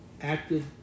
acted